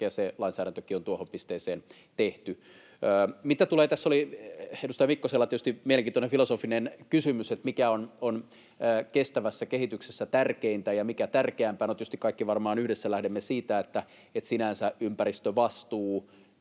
se lainsäädäntökin on tuohon pisteeseen tehty. Tässä oli edustaja Mikkosella tietysti mielenkiintoinen filosofinen kysymys, että mikä on kestävässä kehityksessä tärkeintä ja mikä tärkeämpää. No, tietysti kaikki varmaan yhdessä lähdemme siitä, että sinänsä ympäristövastuu,